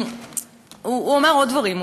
הוא אמר עוד דברים.